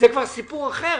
זה כבר סיפור אחר.